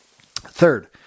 Third